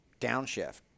downshift